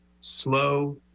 slow